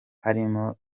harimo